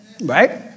right